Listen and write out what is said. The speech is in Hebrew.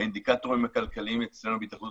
האינדיקטורים הכלכליים אצלנו בהתאחדות